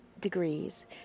degrees